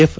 F